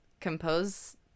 compose